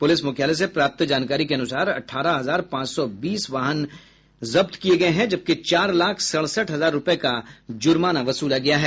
police मुख्यालय से प्राप्त जानकारी के अनुसार अठारह हजार पांच सौ बीस वाहन जब्त किये गये हैं जबकि चार लाख सड़सठ हजार रुपये का जूर्माना वसूला गया है